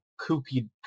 kooky